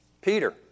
Peter